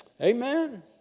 Amen